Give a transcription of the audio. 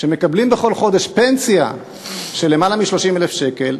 שמקבלים בכל חודש פנסיה של למעלה מ-30,000 שקל,